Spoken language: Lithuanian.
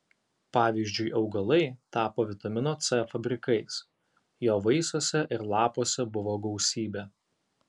pavyzdžiui augalai tapo vitamino c fabrikais jo vaisiuose ir lapuose buvo gausybė